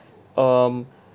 um